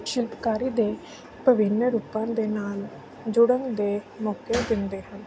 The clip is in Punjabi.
ਸ਼ਿਲਪਕਾਰੀ ਦੇ ਵਿਭਿੰਨ ਰੂਪਾਂ ਦੇ ਨਾਲ ਜੁੜਨ ਦੇ ਮੌਕੇ ਦਿੰਦੇ ਹਨ